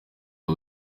uyu